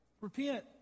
Repent